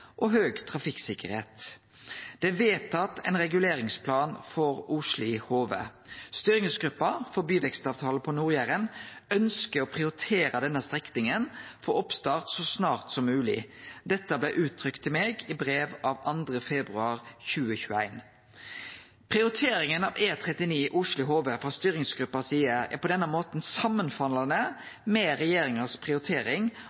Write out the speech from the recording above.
og høg trafikksikkerheit. Det er vedtatt ein reguleringsplan for Osli–Hove. Styringsgruppa for byvekstavtalen på Nord-Jæren ønskjer å prioritere denne strekninga for oppstart så snart som mogleg. Dette blei uttrykt til meg i brev av 2. februar 2021. Prioriteringa av E39 Osli–Hove frå styringsgruppa si side er på denne måten samanfallande med regjeringa si prioritering